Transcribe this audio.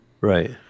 right